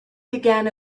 began